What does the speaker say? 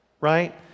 right